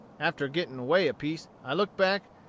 after gitting away a piece, i looked back,